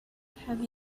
have